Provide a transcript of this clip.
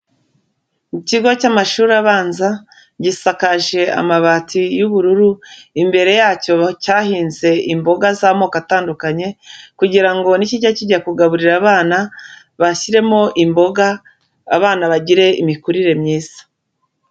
Ikigo cy'amashuri abanza gisakaje amabati y'ubururu, imbere yacyo cyahinze imboga z'amoko atandukanye kugira ngo nikijya kijya kugaburira abana bashyiremo imboga abana bagire imikurire myiza.